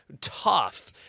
tough